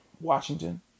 Washington